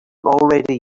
already